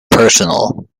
personal